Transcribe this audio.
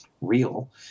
real